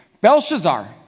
Belshazzar